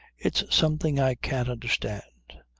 it's something i can't understand.